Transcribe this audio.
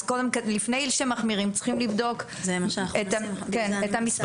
לפני שמחמירים צריכים לבדוק את המספרים.